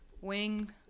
wing